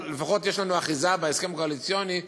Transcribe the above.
אבל לפחות יש לנו אחיזה בהסכם הקואליציוני.